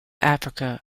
africa